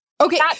Okay